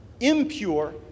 impure